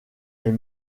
est